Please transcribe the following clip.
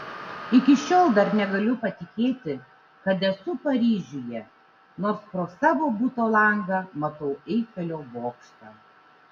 iki šiol dar negaliu patikėti kad esu paryžiuje nors pro savo buto langą matau eifelio bokštą